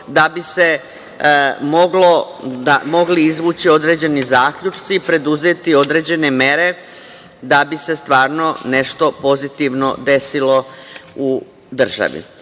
da bi se mogli izvući određeni zaključci i preduzeti određene mere, da bi se stvarno nešto pozitivno desilo u državi. Mi